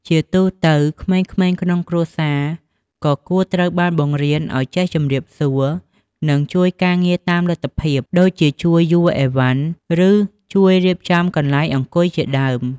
ជាទូទៅក្មេងៗក្នុងគ្រួសារក៏គួរត្រូវបានបង្រៀនឲ្យចេះជម្រាបសួរ និងជួយការងារតាមលទ្ធភាព ដូចជាជួយយួរឥវ៉ាន់ ឬជួយរៀបចំកន្លែងអង្គុយជាដើម។